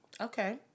Okay